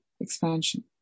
expansion